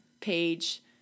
page